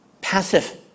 Passive